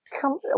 come